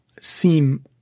seem